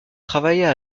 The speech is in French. travailla